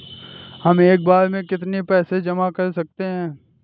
हम एक बार में कितनी पैसे जमा कर सकते हैं?